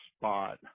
spot